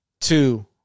two